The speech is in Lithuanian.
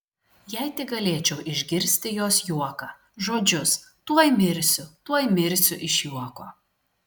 jei tik galėčiau išgirsti jos juoką žodžius tuoj mirsiu tuoj mirsiu iš juoko